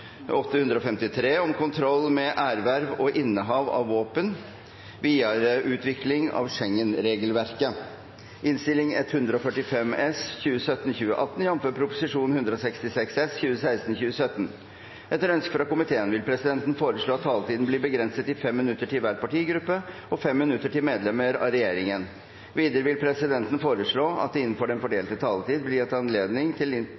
bedt om ordet til sakene nr. 1 og 2. Etter ønske fra justiskomiteen vil presidenten foreslå at taletiden blir begrenset til 5 minutter til hver partigruppe og 5 minutter til medlemmer av regjeringen. Videre vil presidenten foreslå at det – innenfor den fordelte taletid – blir gitt anledning til